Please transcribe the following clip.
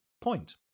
point